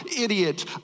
Idiot